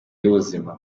y’ubuzima